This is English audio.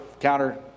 counter